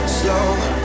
slow